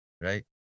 Right